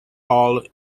hall